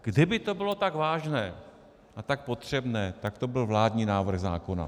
Kdyby to bylo tak vážné a tak potřebné, tak to byl vládní návrh zákona.